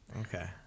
Okay